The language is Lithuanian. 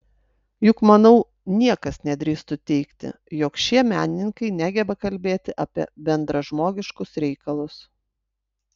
juk manau niekas nedrįstų teigti jog šie menininkai negeba kalbėti apie bendražmogiškus reikalus